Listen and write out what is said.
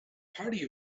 party